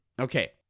Okay